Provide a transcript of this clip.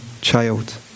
child